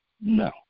No